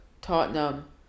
Tottenham